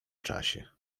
czasie